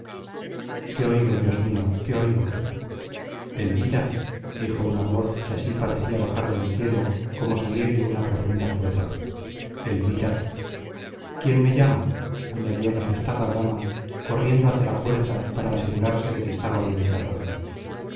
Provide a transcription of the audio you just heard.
qué oigo dios mío qué oigo elvira dijo una voz que así parecía bajar del cielo como salir de una profunda cueva elvira quién me llama añadió la asustada dama corriendo hacia la puerta para asegurarse de que estaba bien cerrada